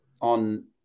on